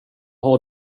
har